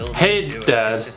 hey dad,